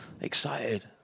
excited